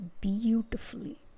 beautifully